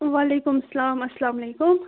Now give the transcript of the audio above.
وعلیکُم سَلام اسلام علیکُم